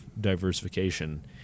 diversification